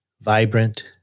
Vibrant